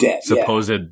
supposed